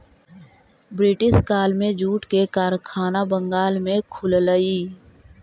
British काल में jute के कारखाना बंगाल में खुललई